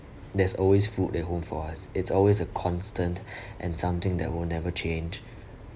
there's always food at home for us it's always a constant and something that will never change